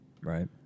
Right